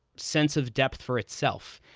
sense of depth for itself,